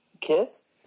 kiss